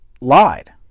lied